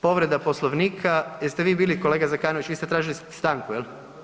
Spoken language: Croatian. Povreda Poslovnika, jeste vi bili kolega Zekanović, vi ste tražili stanku jel?